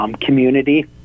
community